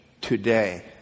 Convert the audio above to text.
today